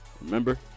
Remember